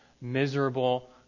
miserable